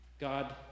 God